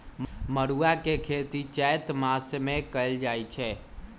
मरुआ के खेती चैत मासमे कएल जाए छै